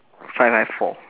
five I have four